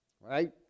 right